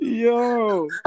Yo